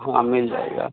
हाँ मिल जाएगा